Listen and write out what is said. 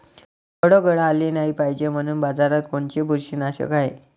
फळं गळाले नाही पायजे म्हनून बाजारात कोनचं बुरशीनाशक हाय?